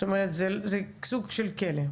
זה סוג של כלא.